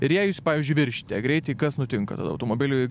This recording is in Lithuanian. ir jei jūs pavyzdžiui viršijate greitį kas nutinka tada automobiliui